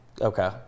Okay